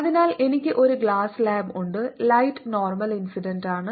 അതിനാൽ എനിക്ക് ഒരു ഗ്ലാസ് സ്ലാബ് ഉണ്ട് ലൈറ്റ് നോർമൽ ഇൻസിഡന്റ് ആണ്